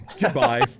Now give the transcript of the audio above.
Goodbye